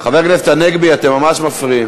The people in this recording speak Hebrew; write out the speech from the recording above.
חבר הכנסת הנגבי, אתם ממש מפריעים.